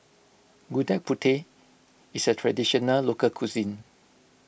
Gudeg Putih is a Traditional Local Cuisine